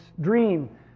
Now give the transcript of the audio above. dream